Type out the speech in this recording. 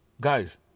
Guys